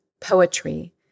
poetry